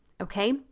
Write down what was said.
Okay